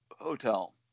hotel